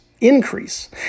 increase